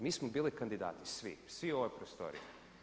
Mi smo bili kandidati svi, svi u ovoj prostoriji.